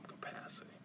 capacity